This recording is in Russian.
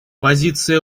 позиция